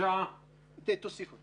מי נגד?